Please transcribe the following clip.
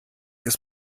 ist